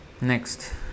Next